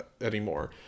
anymore